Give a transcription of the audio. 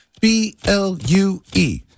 B-L-U-E